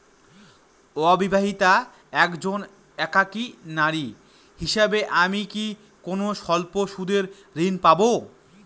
অবিবাহিতা একজন একাকী নারী হিসেবে আমি কি কোনো স্বল্প সুদের ঋণ পাব?